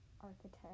architect